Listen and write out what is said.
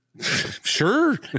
Sure